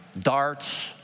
darts